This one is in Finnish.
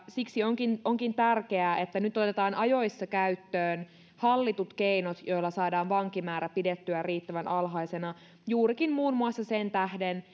siksi onkin onkin tärkeää että nyt otetaan ajoissa käyttöön hallitut keinot joilla saadaan vankimäärä pidettyä riittävän alhaisena juurikin muun muassa sen tähden